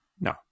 No